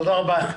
תודה רבה.